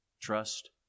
trust